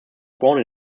born